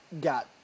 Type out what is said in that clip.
got